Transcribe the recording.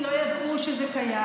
כי לא ידעו שזה קיים,